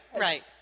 right